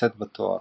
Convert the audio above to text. לשאת בתואר.